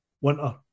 winter